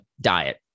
diet